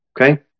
Okay